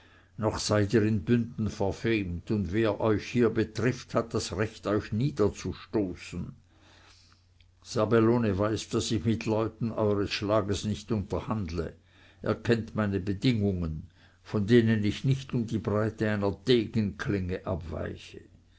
noch seid ihr in bünden verfemt und wer euch hier betrifft hat das recht euch niederzustoßen serbelloni weiß daß ich mit leuten eures schlages nicht unterhandle er kennt meine bedingungen von denen ich nicht um die breite einer degenklinge abweiche